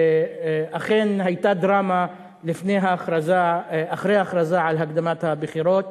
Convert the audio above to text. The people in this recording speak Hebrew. אכן, היתה דרמה אחרי ההכרזה על הקדמת הבחירות,